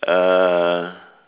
err